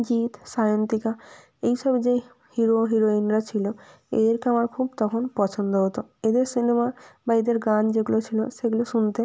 জিৎ সায়ন্তিকা এই সব যে হিরো হিরোইনরা ছিলো এদেরকে আমার খুব তখন পছন্দ হতো এদের সিনেমা বা এদের গান যেগুলো ছিলো সেগুলো শুনতে